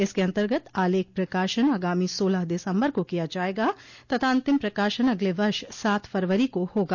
इसके अन्तर्गत आलेख प्रकाशन आगामी सोलह दिसम्बर को किया जायेगा तथा अंतिम प्रकाशन अगले वर्ष सात फरवरी को होगा